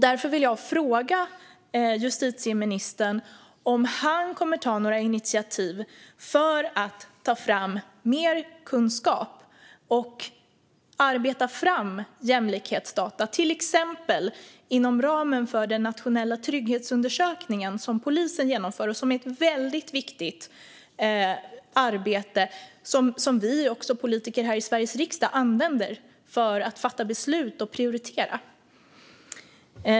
Därför vill jag fråga justitieministern om han kommer att ta några initiativ för att ta fram mer kunskap och arbeta fram jämlikhetsdata, till exempel inom ramen för den nationella trygghetsundersökningen, som polisen genomför och som är ett väldigt viktigt arbete som också vi politiker här i Sveriges riksdag använder för att fatta beslut och prioritera.